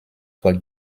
for